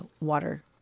water